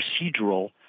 procedural